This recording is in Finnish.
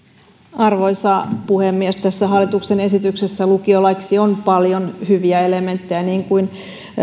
arvoisa puhemies tässä hallituksen esityksessä lukiolaiksi on paljon hyviä elementtejä niin kuin